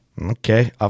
okay